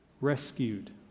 rescued